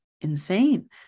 insane